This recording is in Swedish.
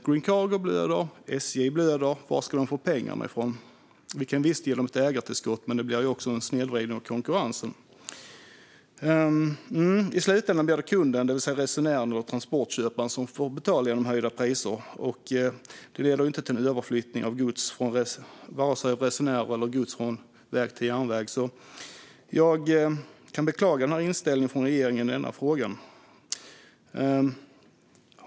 Green Cargo blöder, och SJ blöder. Varifrån ska de få pengar? Visst kan vi ge dem ägartillskott, men då blir det en snedvridning av konkurrensen. I slutändan blir det kunden, det vill säga resenären eller transportköparen, som får betala genom höjda priser, och detta leder ju inte till en överflyttning av vare sig gods eller resenärer från väg till järnväg. Jag beklagar regeringens inställning i denna fråga.